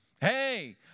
Hey